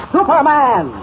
Superman